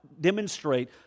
demonstrate